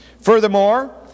Furthermore